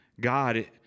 God